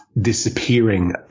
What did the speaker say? disappearing